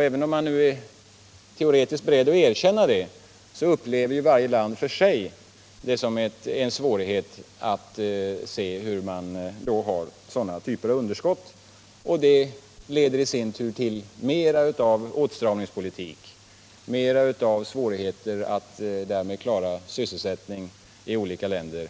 Även om man nu teoretiskt är beredd att erkänna det, upplever ju varje land för sig det som en svårighet att se att man har sådana typer av underskott, och det leder i sin tur till mer av åtstramningspolitik och därmed till mer av svårigheter att klara sysselsättningen i olika länder